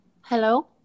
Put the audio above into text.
Hello